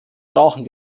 brauchen